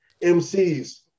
mcs